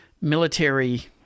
military